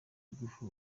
ingufu